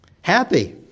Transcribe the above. Happy